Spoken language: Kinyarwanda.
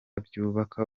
byubaka